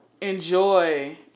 enjoy